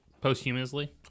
Posthumously